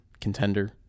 contender